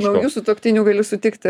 naujų sutuoktinių gali sutikti